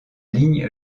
ligne